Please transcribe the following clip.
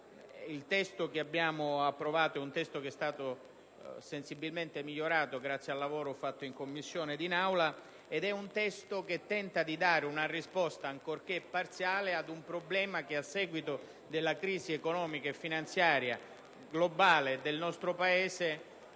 Il testo che ci accingiamo ad approvare è stato sensibilmente migliorato grazie al lavoro svolto in Commissione ed in Aula. Esso tenta di dare una risposta, ancorché parziale, ad un problema che, a seguito della crisi economica e finanziaria globale e del nostro Paese...